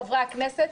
חברי הכנסת,